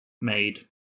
made